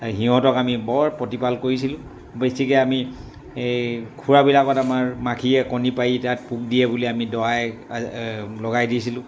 সিহঁতক আমি বৰ প্ৰতিপাল কৰিছিলোঁ বেছিকে আমি এই খুৰাবিলাকত আমাৰ মাখিয়ে কণী পাৰি তাত পোক দিয়ে বুলি আমি দৱাই লগাই দিছিলোঁ